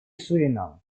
суринам